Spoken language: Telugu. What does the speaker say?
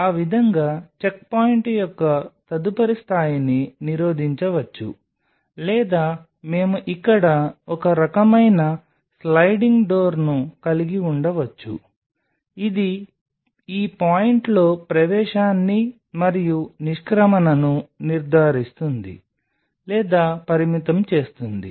ఆ విధంగా చెక్పాయింట్ యొక్క తదుపరి స్థాయిని నిరోధించవచ్చు లేదా మేము ఇక్కడ ఒక రకమైన స్లైడింగ్ డోర్ను కలిగి ఉండవచ్చు ఇది ఈ పాయింట్లో ప్రవేశాన్ని మరియు నిష్క్రమణను నిర్ధారిస్తుంది లేదా పరిమితం చేస్తుంది